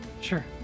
sure